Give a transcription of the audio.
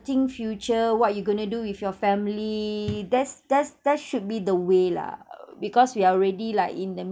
think future what you gonna do with your family that's that's that should be the way lah because we are already like in